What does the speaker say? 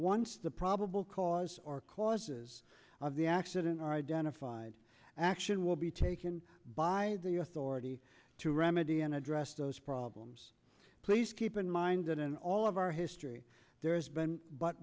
once the probable cause or causes of the accident are identified action will be taken by the authority to remedy and address those problems please keep in mind that in all of our history there has been but